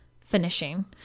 finishing